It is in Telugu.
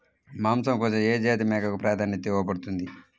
మాంసం కోసం ఏ జాతి మేకకు ప్రాధాన్యత ఇవ్వబడుతుంది?